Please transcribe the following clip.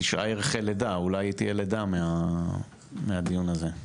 תשעה ירחי לידה, אולי תהיה לידה מהדיון הזה.